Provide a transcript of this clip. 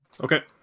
Okay